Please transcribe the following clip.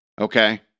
Okay